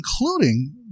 including